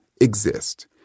exist